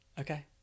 Okay